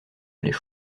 allait